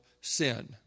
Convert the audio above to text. sin